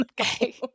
okay